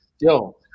Yo